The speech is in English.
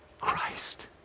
Christ